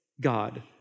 God